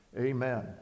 Amen